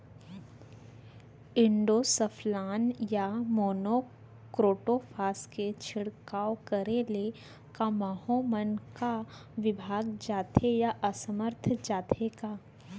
Endosulfan या monocrotophos के छिड़काव करे ले क माहो मन का विभाग जाथे या असमर्थ जाथे का?